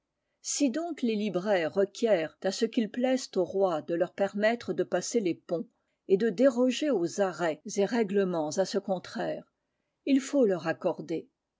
si donc les libraires requièrent à ce qu'il plaise au roi de leur permettre de passer les ponts et de déroger aux arrêts et règlements à ce contraire il faut leur accorder